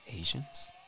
Asians